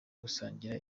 gusangira